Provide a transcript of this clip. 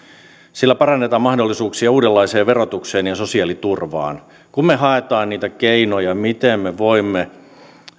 sillä parannetaan mahdollisuuksia uudenlaiseen verotukseen ja sosiaaliturvaan kun me haemme niitä keinoja miten me voimme